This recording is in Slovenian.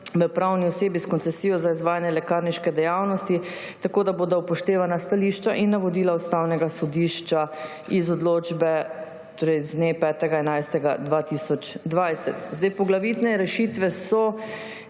v pravni osebi s koncesijo za izvajanje lekarniške dejavnosti, tako da bodo upoštevana stališča in navodila Ustavnega sodišča iz odločbe z dne 5. 11. 2020. Poglavitne rešitve so,